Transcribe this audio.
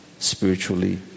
Spiritually